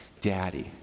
Daddy